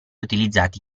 utilizzati